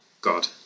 God